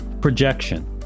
Projection